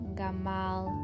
gamal